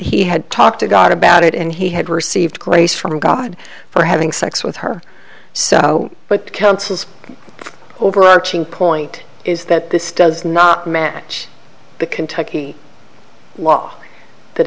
he had talked to god about it and he had received grace from god for having sex with her so but counsels overarching point is that this does not match the kentucky law that